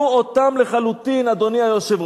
אתה נותן לו 5 שקלים, 10 שקלים,